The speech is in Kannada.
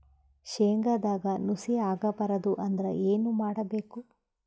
ಶೇಂಗದಾಗ ನುಸಿ ಆಗಬಾರದು ಅಂದ್ರ ಏನು ಮಾಡಬೇಕು?